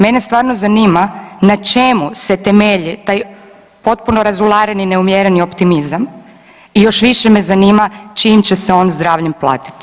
Mene stvarno zanima na čemu se temelji taj potpuno razulareni neumjereni optimizam i još više me zanima čijem će se on zdravljem platiti.